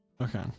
Okay